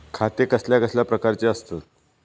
खाते कसल्या कसल्या प्रकारची असतत?